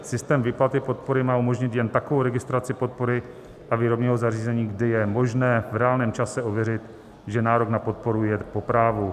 Systém výplaty podpory má umožnit jen takovou registraci podpory a výrobního zařízení, kdy je možné v reálném čase ověřit, že nárok na podporu je po právu.